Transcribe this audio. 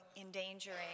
endangering